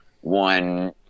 one